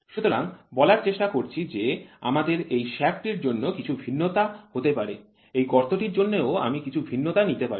সুতরাং বলার চেষ্টা করছি যে আমাদের এই শ্যাফ্ট টির জন্য কিছু ভিন্নতা হতে পারে এই গর্তটির জন্যেও আমি কিছু ভিন্নতা নিতে পারি